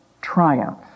triumph